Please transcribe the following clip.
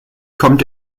kommt